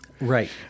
Right